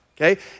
okay